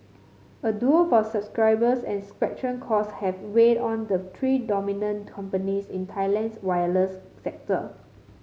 a duel for subscribers and spectrum costs have weighed on the three dominant companies in Thailand's wireless sector